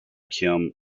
kim